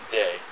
day